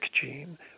gene